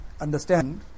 understand